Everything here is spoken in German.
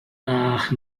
ach